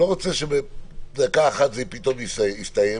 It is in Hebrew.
אני לא רוצה שבדקה אחת פתאום זה יסתיים